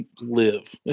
live